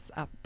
up